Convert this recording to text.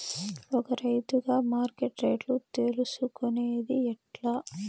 ఒక రైతుగా మార్కెట్ రేట్లు తెలుసుకొనేది ఎట్లా?